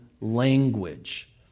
language